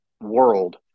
world